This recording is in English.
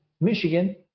Michigan